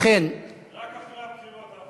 רק אחרי הבחירות אנחנו פונים.